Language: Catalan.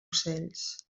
ocells